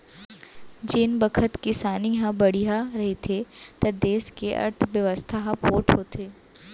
जेन बखत किसानी ह बड़िहा रहिथे त देस के अर्थबेवस्था ह पोठ होथे